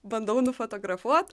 bandau nufotografuot